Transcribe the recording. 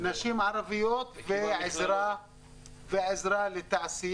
נדבר גם על תעסוקת נשים ערביות ועזרה לתעשייה,